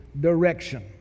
direction